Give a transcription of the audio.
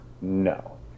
No